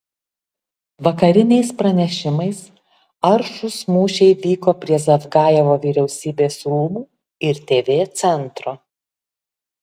vakariniais pranešimais aršūs mūšiai vyko prie zavgajevo vyriausybės rūmų ir tv centro